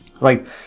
Right